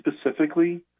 specifically